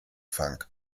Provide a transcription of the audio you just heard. funk